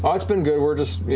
um it's been good. we're just, you